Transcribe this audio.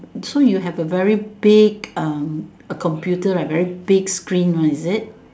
so you have a very big um a computer like a very big screen one is it